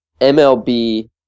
mlb